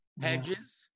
Hedges